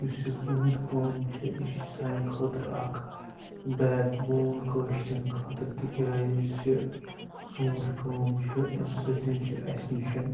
یُس یہِ ژوٗنٛٹھۍ کٲم چھِ یہِ چھِ سانہِ خٲطرٕ اَکھ بیک بون کٲشرٮ۪ن خٲطرٕ تِکیٛازِ یُس یہِ ژوٗنٛٹھۍ کٲم چھِ امہِ سۭتۍ چھِ اَسہِ نِش